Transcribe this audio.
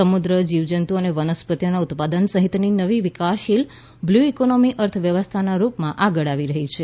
સમુદ્ર જીવ જંતુઓ અને વનસ્પતિઓના ઉત્પાદનો સહિતની નવી વિકાસશીલ બ્લ્યુ ઇકોનોમી અર્થ વ્યવસ્થાના રૂપમાં આગળ આવી રહી છે